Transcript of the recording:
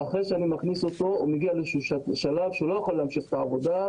ואחרי שאני מכניס אותו הוא מגיע לשלב שהוא לא יכול להמשיך את העבודה,